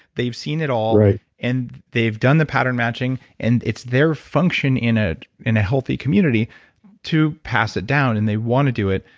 they've seen it all and they've done the pattern matching. and it's their function in ah in a healthy community to pass it down, and they want to do it.